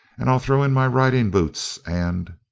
and i'll throw in my riding boots and.